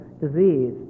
disease